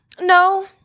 No